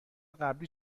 قبلی